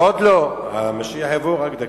עוד לא, המשיח יבוא, עוד דקה.